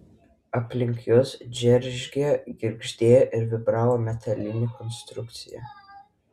aplink juos džeržgė girgždėjo ir vibravo metalinė konstrukcija